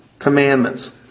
commandments